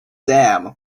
dam